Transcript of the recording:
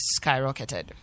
skyrocketed